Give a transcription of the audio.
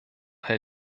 herr